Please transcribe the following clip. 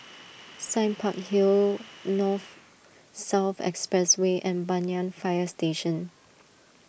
Sime Park Hill North South Expressway and Banyan Fire Station